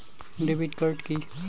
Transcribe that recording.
Debit card key?